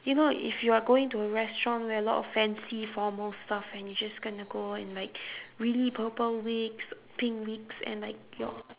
you know if you are going to a restaurant where a lot of fancy formal stuff and you just gonna go in like really purple wigs pink wigs and like your